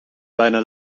bijna